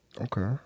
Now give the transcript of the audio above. okay